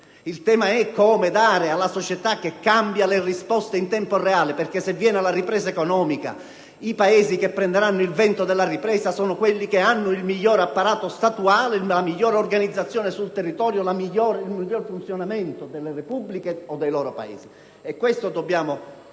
ma anche come dare alla società che cambia le risposte in tempo reale perché, se viene la ripresa economica, i Paesi che prenderanno il vento della ripresa sono quelli che hanno il migliore apparato statuale, la migliore organizzazione sul territorio e il migliore funzionamento delle istituzioni. Questo dobbiamo